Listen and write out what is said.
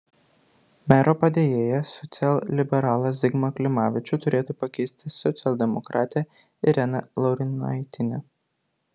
mero padėjėją socialliberalą zigmą klimavičių turėtų pakeisti socialdemokratė irena laurinaitienė